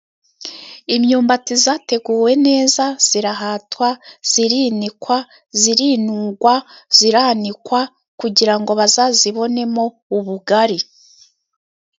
Imyumbati zateguwe neza zirahatwa, zirinikwa ,zirinugwa ,ziranikwa kugira ngo bazazibonemo ubugari.